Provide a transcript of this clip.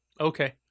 okay